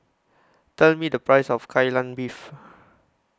Tell Me The Price of Kai Lan Beef